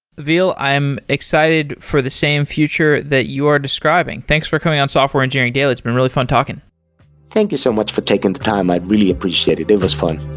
ville, i'm excited for the same future that you're describing. thanks for coming on software engineering daily. it's been really fun talking thank you so much for taking the time. i really appreciate it. it was fun.